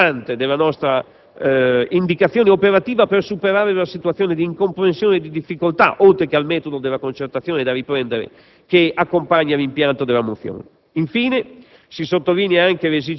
Questo mi pare sia il nucleo fondante della nostra indicazione operativa per superare la situazione di incomprensione e di difficoltà, oltre che il metodo della concertazione da riprendere che accompagna l'impianto della mozione.